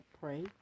pray